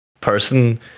person